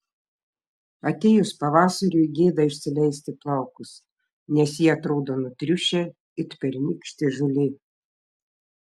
atėjus pavasariui gėda išsileisti plaukus nes jie atrodo nutriušę it pernykštė žolė